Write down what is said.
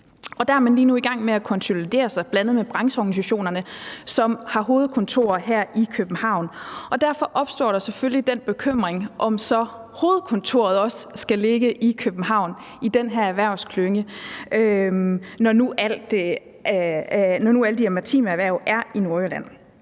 Der er man lige nu i gang med at konsolidere sig, bl.a. med brancheorganisationerne, som har hovedkontorer her i København. Derfor opstår der selvfølgelig den bekymring, om så hovedkontoret også skal ligge i København i den her erhvervsklynge, når nu alle de her maritime erhverv er i